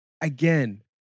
again